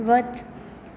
वच